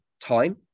time